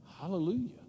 hallelujah